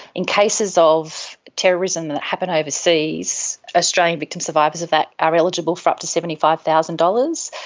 in cases of terrorism that happen overseas, australian victim survivors of that are eligible for up to seventy five thousand dollars.